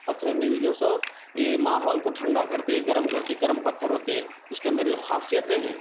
پتھرے میں بھی جو ہے سو یہ ماحول کو ٹھنڈا کرتے گرم کرتے گرم پتھر ہوتے اس کے اندر جو خاصیتیں ہیں